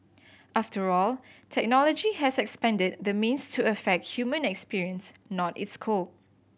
after all technology has expanded the means to affect human experience not its cope